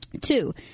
Two